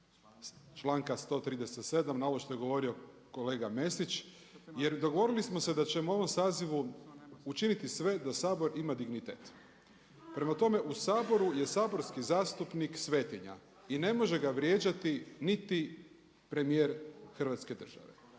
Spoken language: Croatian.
članka 137. na ovo što je govorio kolega Mesić. Jer dogovorili smo se da ćemo u ovom sazivu učiniti sve da Sabor ima dignitete. Prema tome u Saboru je saborski zastupnik svetinja i ne može ga vrijeđati niti premijer Hrvatske države.